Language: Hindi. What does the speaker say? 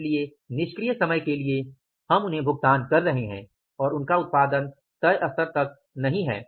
इसलिए निष्क्रिय समय के लिए हम उन्हें भुगतान कर रहे हैं और उनका उत्पादन तय स्तर तक नहीं है